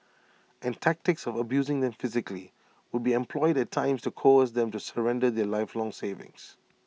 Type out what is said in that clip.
and tactics of abusing them physically would be employed at times to coerce them to surrender their lifelong savings